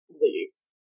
leaves